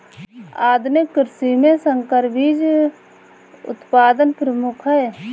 आधुनिक कृषि में संकर बीज उत्पादन प्रमुख है